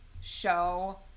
show